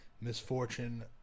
misfortune